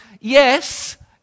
yes